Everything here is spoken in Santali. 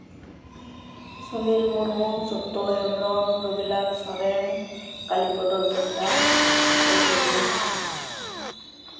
ᱥᱩᱱᱤᱞ ᱢᱩᱨᱢᱩ ᱥᱚᱛᱛᱚ ᱦᱮᱢᱵᱽᱨᱚᱢ ᱨᱚᱵᱤᱞᱟᱞ ᱥᱚᱨᱮᱱ ᱠᱟᱞᱤᱯᱚᱫᱚ ᱵᱮᱥᱨᱟ ᱥᱩᱠᱚᱞ ᱴᱩᱰᱩ